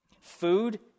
Food